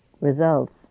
results